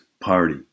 party